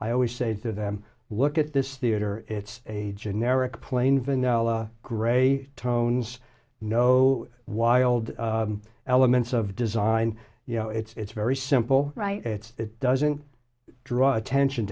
i always say to them look at this theater it's a generic plain vanilla gray tones no wild elements of design you know it's very simple right it's it doesn't draw attention